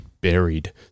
buried